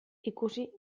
ikusi